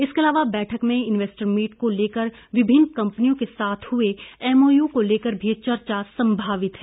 इसके अलावा बैठक में इंवेस्टर मीट को लेकर विभिन्न कम्पनियों के साथ हुए एमओयू को लेकर भी चर्चा संभावित है